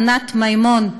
ענת מימון,